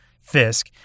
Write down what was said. Fisk